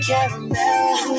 Caramel